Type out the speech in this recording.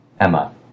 Emma